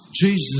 Jesus